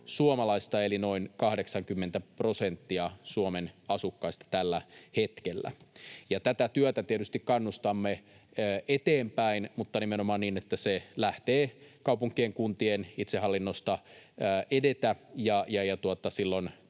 eli noin 80 prosenttia Suomen asukkaista tällä hetkellä. Tätä työtä tietysti kannustamme eteenpäin, mutta nimenomaan niin, että se lähtee kaupunkien, kuntien, itsehallinnosta etenemään, ja silloin